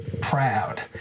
proud